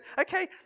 okay